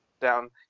down